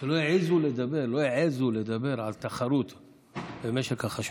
לא העזו לדבר על תחרות במשק החשמל.